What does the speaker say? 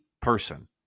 person